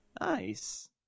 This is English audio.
Nice